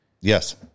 Yes